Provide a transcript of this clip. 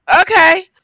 okay